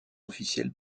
officielle